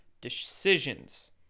decisions